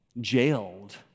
jailed